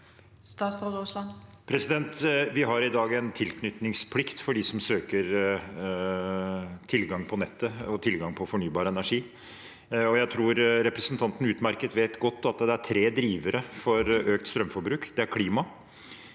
Vi har i dag en tilknytningsplikt for dem som søker tilgang på nettet og tilgang på fornybar energi. Jeg tror representanten utmerket godt vet at det er tre drivere for økt strømforbruk. Det er klima,